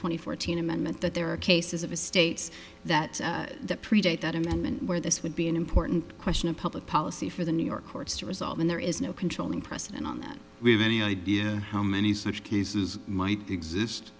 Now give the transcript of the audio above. twenty fourth teen amendment that there are cases of a states that the that amendment where this would be an important question of public policy for the new york courts to resolve and there is no controlling precedent on that we have any idea how many such cases might exist